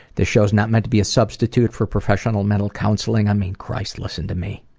this show's not meant to be a substitute for professional mental counseling, i mean, christ, listen to me.